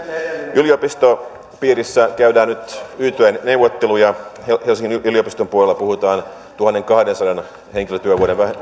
yliopistopiireissä käydään nyt yt neuvotteluja helsingin yliopiston puolella puhutaan tuhannenkahdensadan henkilötyövuoden